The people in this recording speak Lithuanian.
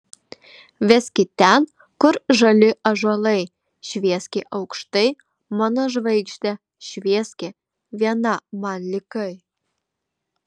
veski ten kur žali ąžuolai švieski aukštai mano žvaigžde švieski viena man likai